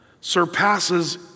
surpasses